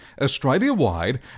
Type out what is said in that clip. Australia-wide